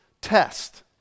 test